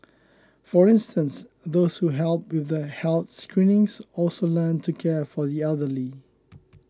for instance those who helped with the health screenings also learnt to care for the elderly